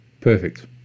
Perfect